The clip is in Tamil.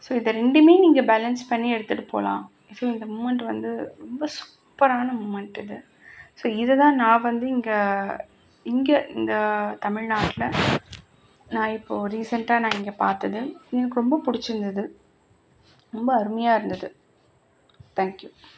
ஸோ இதை ரெண்டுமே நீங்கள் பேலன்ஸ் பண்ணி எடுத்துகிட்டு போகலாம் ஸோ இந்த மூமெண்ட் வந்து ரொம்ப சூப்பரான மூமெண்ட் இது ஸோ இதுதான் நான் வந்து இங்கே இங்கே இந்த தமிழ்நாட்டில் நான் இப்போது ரீசெண்ட்டாக நான் இங்கே பார்த்தது எனக்கு ரொம்ப பிடிச்சிருந்தது ரொம்ப அருமையாக இருந்தது தேங்க் யூ